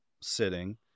sitting